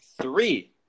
three